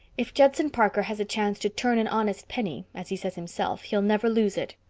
if judson parker has a chance to turn an honest penny as he says himself, he'll never lose it,